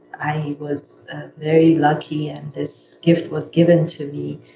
i was very lucky and this gift was given to me.